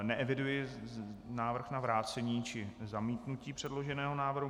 Neeviduji návrh na vrácení či zamítnutí předloženého návrhu.